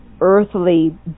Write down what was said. earthly